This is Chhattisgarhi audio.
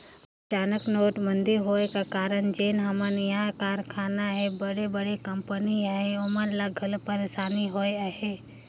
अनचकहा नोटबंदी होए का कारन जेन हमा इहां कर कारखाना अहें बड़े बड़े कंपनी अहें ओमन ल घलो पइरसानी होइस अहे